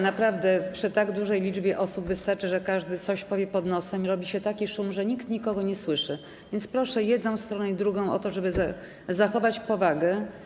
Naprawdę przy tak dużej liczbie osób wystarczy, że każdy coś powie pod nosem i robi się taki szum, że nikt nikogo nie słyszy, więc proszę jedną i drugą stronę o to, żeby zachować powagę.